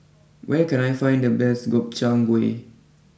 where can I find the best Gobchang Gui